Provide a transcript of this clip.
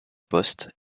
poste